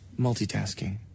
multitasking